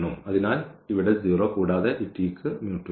അതിനാൽ ഇവിടെ 0 കൂടാതെ ഈ t ക്ക് ഇല്ല